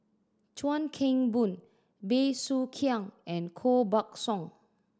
Chuan Keng Boon Bey Soo Khiang and Koh Buck Song